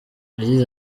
yagize